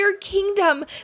kingdom